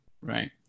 Right